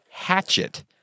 Hatchet